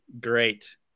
great